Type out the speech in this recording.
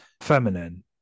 feminine